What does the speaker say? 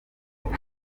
ruri